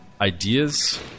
ideas